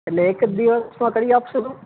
એટલે એક જ દિવસમાં કરી આપશો તમે